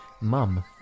mum